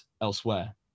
elsewhere